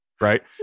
Right